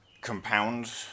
compound